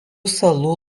salų